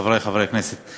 חברי חברי הכנסת,